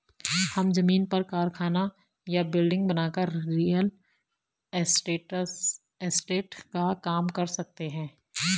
हम जमीन पर कारखाना या बिल्डिंग बनाकर रियल एस्टेट का काम कर सकते है